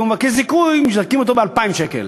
וכשהוא מבקש זיכוי מזכים אותו ב-2,000 שקלים.